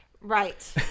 right